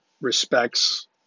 respects